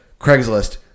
Craigslist